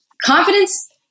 confidence